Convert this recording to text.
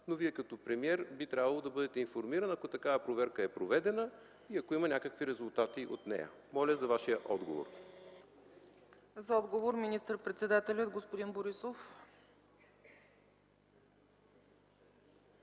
но Вие като премиер би трябвало да бъдете информиран, ако такава проверка е проведена и ако има някакви резултати от нея. Моля за Вашия отговор. ПРЕДСЕДАТЕЛ ЦЕЦКА ЦАЧЕВА: За отговор – министър-председателят господин Борисов.